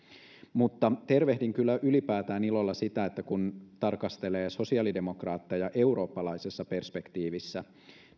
tervehdin kyllä ylipäätään ilolla sitä että kun tarkastelee sosiaalidemokraatteja eurooppalaisessa perspektiivissä